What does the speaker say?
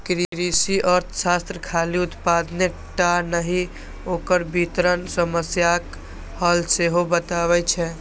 कृषि अर्थशास्त्र खाली उत्पादने टा नहि, ओकर वितरण समस्याक हल सेहो बतबै छै